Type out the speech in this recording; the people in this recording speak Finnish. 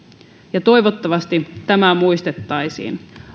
toivottavasti tämä muistettaisiin